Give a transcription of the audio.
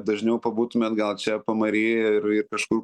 dažniau pabūtumėt gal čia pamary ir ir kažkur